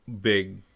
big